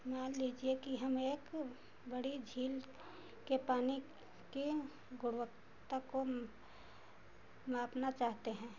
मान लीजिए कि हम एक बड़ी झील के पानी की गुणवत्ता को मापना चाहते हैं